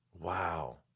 Wow